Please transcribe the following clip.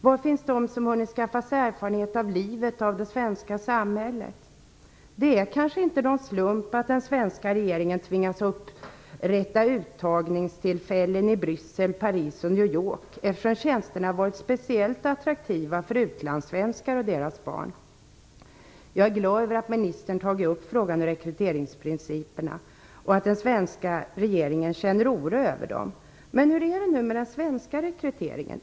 Var finns de som har hunnit skaffa sig erfarenhet av livet och av det svenska samhället? Det är kanske inte någon slump att den svenska regeringen tvingas upprätta uttagningstillfällen i Bryssel, Paris och New York eftersom tjänsterna varit speciellt attraktiva för utlandssvenskar och deras barn. Jag är glad över att ministern har tagit upp frågan om rekryteringsprinciperna och att den svenska regeringen känner oro över dem. Men hur är det med den svenska rekryteringen?